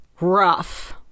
rough